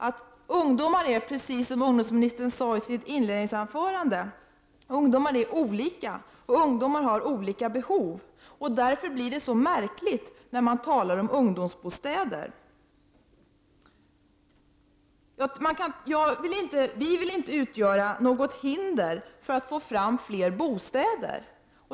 Men ungdomar är olika, precis som ungdomsministern sade i sitt inledningsanförande, och de har olika behov, och därför blir det så märkligt när man talar om ungdomsbostäder. Vi i vpk vill inte utgöra något hinder för att få fram fler bostäder.